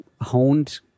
honed